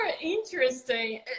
interesting